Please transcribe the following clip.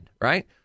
right